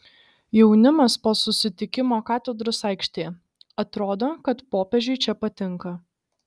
jaunimas po susitikimo katedros aikštėje atrodo kad popiežiui čia patinka